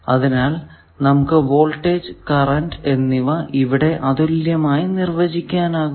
അതിനാൽ നമുക്ക് voltage current എന്നിവ ഇവിടെ അതുല്യമായി നിർവചിക്കാനാകും